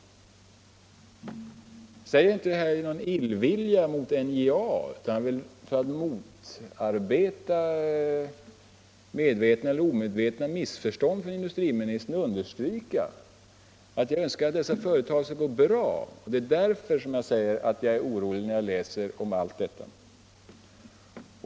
Jag säger inte det här i någon illvilja mot NJA. För att undvika medvetna eller omedvetna missförstånd hos industriministern vill jag understryka att jag önskar att detta företag skall gå bra och att det är därför jag blir orolig när jag läser om allt detta.